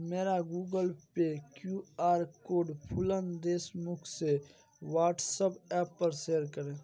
मेरा Google Pay Q R code Phoolan Deshmukh से WhatsApp app पर शेयर करें